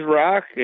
rock